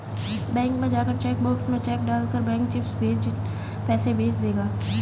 bank में जाकर cheque box में चेक डाल कर बैंक चिप्स पैसे भेज देगा